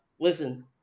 listen –